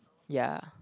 ya